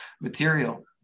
material